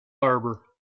harbor